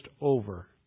over